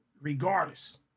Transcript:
Regardless